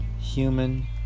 human